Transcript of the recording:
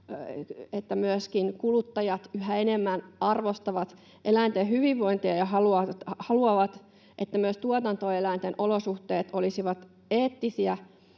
että myöskin kuluttajat yhä enemmän arvostavat eläinten hyvinvointia ja haluavat, että myös tuotantoeläinten olosuhteet olisivat eettisiä.